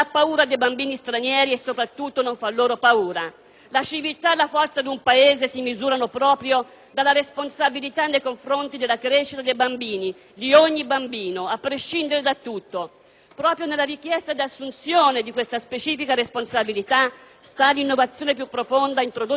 La civiltà e la forza di un Paese si misurano proprio dalla responsabilità nei confronti della crescita dei bambini, di ogni bambino, a prescindere da tutto. Proprio nella richiesta di assunzione di questa specifica responsabilità sta l'innovazione più profonda introdotta dalla Convenzione ONU sui diritti dell'infanzia